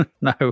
No